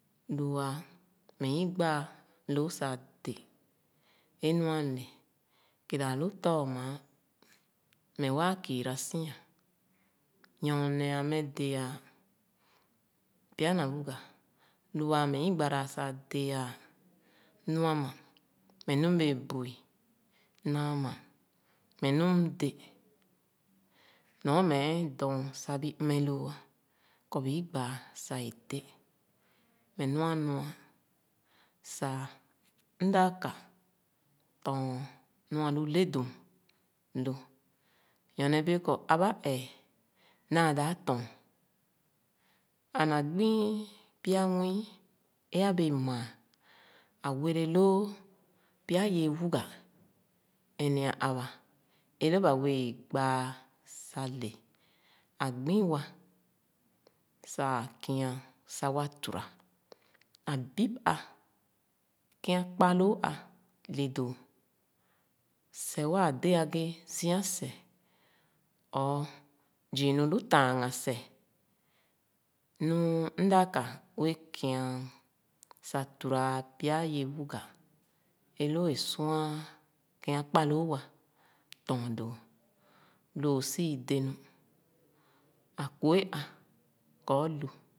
Lu’a mehi gbaa loo sah dē é nu alé, kèrè alu tōrmaa, meh waa kiira si’a. Nyorne meh de’a, pya na unga lu āā meh Igbaraa sah de’a nua ma. Meh nu m’bēē bu’i nāāmà. Meh nu m’dē nɔ meh dɔɔn sah bi mmeloo ā kɔ bii gbaa sah i dē meh nu anua sah m’daa ka tɔɔn nu ālu ledum lō nyorne bēē kɔ aba èè naa dāp tɔɔn and a gbi pya nwii é abēē māā. Ā werelōō pya ye wuga, ēnea aba è wa bēē gbaa sah le, Ā gbi sah kia sah wa tura. Ā bib ā kēn akpalō̄ ā le dō seh waa de’a ghe zia seh. Zii nu lu lāanghān seh. Nu mda ka bēē kia tura pya ye wuga è lo̱o̱ é sua kēn akpalōō wa lɔɔn dō. Lōō ōsii dē nu sah ā kue ā ko olu.